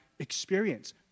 experience